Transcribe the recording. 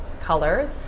colors